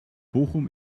bochum